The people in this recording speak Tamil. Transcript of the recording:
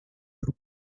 பிற